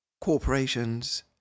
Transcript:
corporations